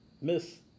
Miss